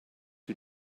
who